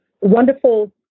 wonderful